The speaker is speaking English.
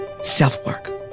self-work